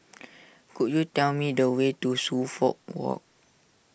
could you tell me the way to Suffolk Walk